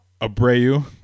Abreu